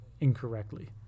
incorrectly